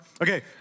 Okay